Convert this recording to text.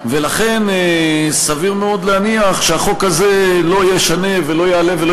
ולכן סביר מאוד להניח שהחוק הזה לא ישנה ולא יעלה ולא